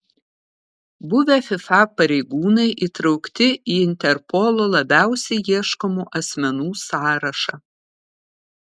buvę fifa pareigūnai įtraukti į interpolo labiausiai ieškomų asmenų sąrašą